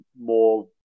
more